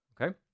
okay